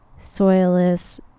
soilless